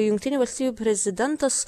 jungtinių valstijų prezidentas